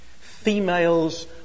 Females